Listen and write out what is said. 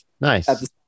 nice